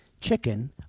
chicken